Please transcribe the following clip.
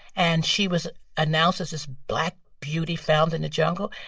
and she was announced as this black beauty found in the jungle.